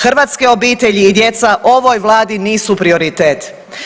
Hrvatske obitelji i djeca ovoj Vladi nisu prioritet.